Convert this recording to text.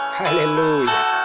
hallelujah